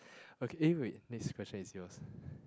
okay eh wait next question is yours